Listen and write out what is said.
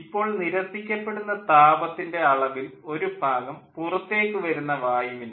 ഇപ്പോൾ നിരസിക്കപ്പെടുന്ന താപത്തിൻ്റെ അളവിൽ ഒരു ഭാഗം പുറത്തേക്കുവരുന്ന വായുവിനെ